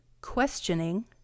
Questioning